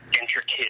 intricate